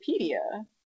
Wikipedia